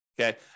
Okay